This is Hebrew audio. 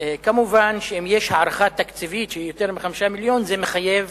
מובן שאם יש הערכה תקציבית של יותר מ-5 מיליונים זה מחייב